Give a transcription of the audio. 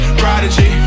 prodigy